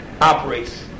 operates